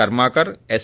Karmakar yes